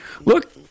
look